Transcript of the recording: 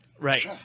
Right